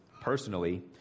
personally